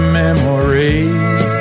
memories